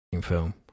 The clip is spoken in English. film